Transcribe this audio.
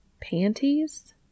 Panties